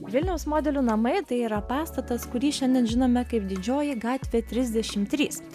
vilniaus modelių namai tai yra pastatas kurį šiandien žinome kaip didžioji gatvė trisdešimt trys